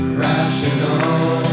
rational